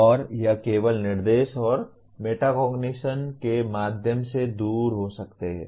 और यह केवल निर्देश और मेटाकोग्निशन के माध्यम से दूर हो सकते हैं